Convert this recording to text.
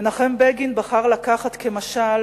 מנחם בגין בחר לקחת כמשל,